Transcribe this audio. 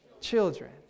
children